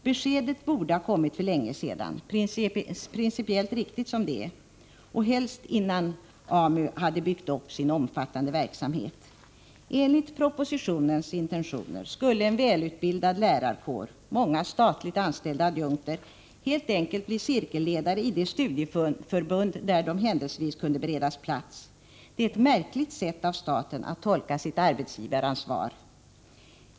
Beskedet borde ha kommit för länge sedan, principiellt riktigt som det är, och helst innan AMU byggt upp sin omfattande verksamhet. Enligt propositionens intentioner skulle en välutbildad lärarkår med många statligt anställda adjunkter helt enkelt bli cirkelledare i de studieförbund där de händelsevis kunde beredas plats. Det är ett märkligt sätt av staten att tolka sitt arbetsgivaransvar.